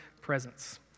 presence